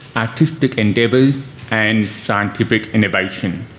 artistic endeavours and scientific innovation.